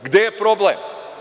Gde je problem?